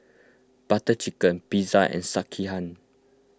Butter Chicken Pizza and Sekihan